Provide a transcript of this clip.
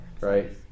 right